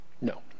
no